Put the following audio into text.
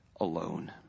alone